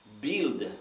build